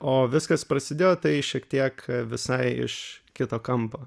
o viskas prasidėjo tai šiek tiek visai iš kito kampo